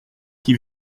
qui